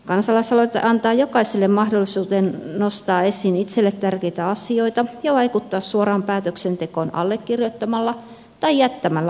kansalaisaloite antaa jokaiselle mahdollisuuden nostaa esiin itselle tärkeitä asioita ja vaikuttaa suoraan päätöksentekoon allekirjoittamalla tai jättämällä allekirjoittamatta aloitteen